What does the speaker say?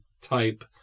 type